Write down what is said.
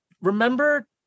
remember